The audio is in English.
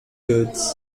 goods